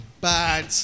bad